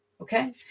Okay